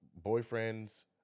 boyfriends